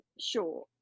sure